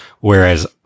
Whereas